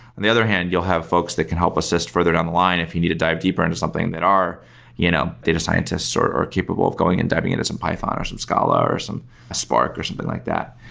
and the other hand, you'll have folks that can help assist further down the line if you need to dive deeper into something that are you know data scientists, or or capable of going and diving into some python or some scale ah or some spark or something like that.